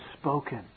spoken